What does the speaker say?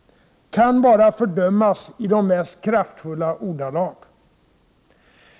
— kan bara fördömas i de mest kraftfulla ordalag.